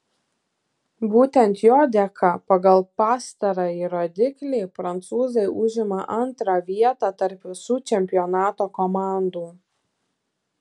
būtent jo dėka pagal pastarąjį rodiklį prancūzai užima antrą vietą tarp visų čempionato komandų